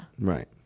Right